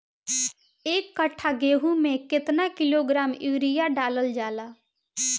एक कट्टा गोहूँ में केतना किलोग्राम यूरिया डालल जाला?